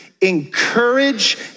encourage